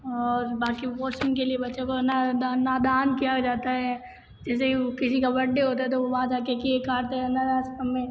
और बाकी वॉशिंग के लिए बच्चों को है ना नादान किया जाता है जैसे यू किसी का बर्डे होता है तो वो वहाँ जाके केक काटते हैं अनाथ आश्रम में